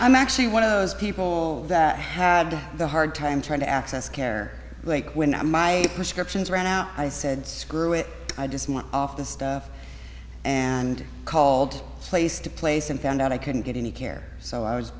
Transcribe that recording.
i'm actually one of those people that had a hard time trying to access care like when my prescriptions ran out i said screw it i just went off the stuff and called place to place and found out i couldn't get any care so i was